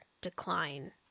decline